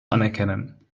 anerkennen